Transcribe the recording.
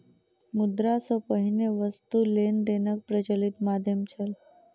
मुद्रा सॅ पहिने वस्तु लेन देनक प्रचलित माध्यम छल